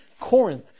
Corinth